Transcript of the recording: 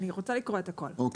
אני רוצה לקרוא את הכול,